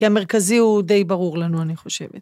כי המרכזי הוא די ברור לנו, אני חושבת.